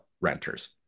renters